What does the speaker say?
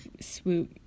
Swoop